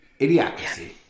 Idiocracy